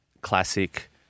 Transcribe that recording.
Classic